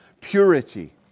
purity